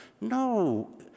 No